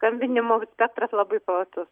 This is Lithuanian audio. skambinimo spektras labai platus